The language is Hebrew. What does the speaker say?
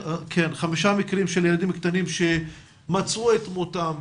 חמישה מקרים של ילדים קטנים שמצאו את מותם,